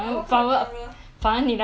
我喜欢看古代的书然后